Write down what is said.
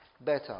better